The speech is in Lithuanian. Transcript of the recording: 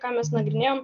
ką mes nagrinėjom